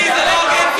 שלי, זה לא הוגן.